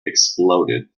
exploded